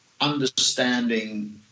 understanding